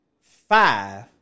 five